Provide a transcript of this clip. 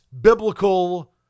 biblical